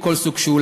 מכל סוג שהוא,